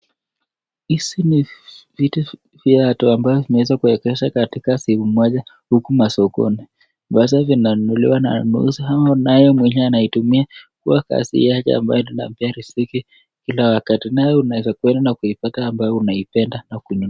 Hizi ni vitu vya watu ambao zimeweza kuegezwa katika huku sokoni . Huwa wanaweza kununua na kuioewa risiti ya kula siku. Naye anayeuza anapewa nawe unaweza kuendana kuweza Kuona unayopenda na kuweza kununua.